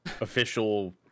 official